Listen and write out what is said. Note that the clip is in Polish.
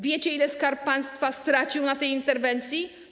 Wiecie, ile Skarb Państwa stracił na tej interwencji?